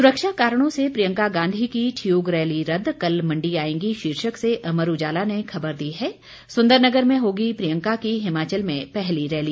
सुरक्षा कारणों से प्रियंका गांधी की ठियोग रैली रद्द कल मंडी आएंगी शीर्षक से अमर उजाला ने खबर दी है सुंदरनगर में होगी प्रियंका की हिमाचल में पहली रैली